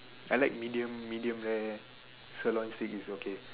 I like medium medium rare sirloin steak is okay